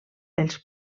els